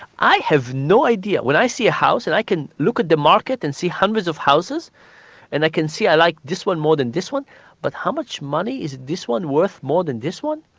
i have no idea, when i see a house, and i can look at the market and see hundreds of houses and i can see i like this one more than this one but how much money is this one worth more than this one?